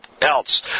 else